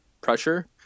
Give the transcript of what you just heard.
pressure